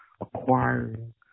acquiring